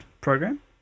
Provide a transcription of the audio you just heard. program